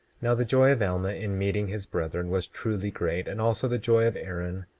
now the joy of alma in meeting his brethren was truly great, and also the joy of aaron,